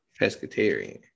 pescatarian